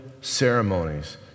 ceremonies